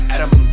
Adam